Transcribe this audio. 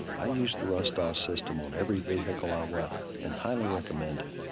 i use the rustall system on every vehicle i weather and highly recommend it.